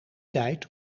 tijd